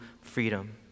freedom